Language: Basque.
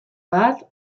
bat